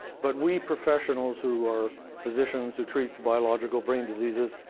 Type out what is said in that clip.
but we professionals who are physicians, who treat biological brain diseases,